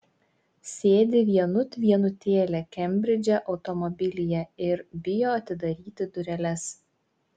sėdi vienut vienutėlė kembridže automobilyje ir bijo atidaryti dureles